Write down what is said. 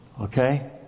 Okay